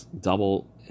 double